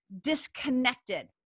disconnected